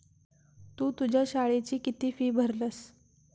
तु तुझ्या शाळेची किती फी भरलस?